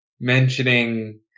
mentioning